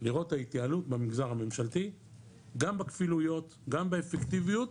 לראות את ההתייעלות במגזר הממשלתי גם בכפילויות גם באפקטיביות,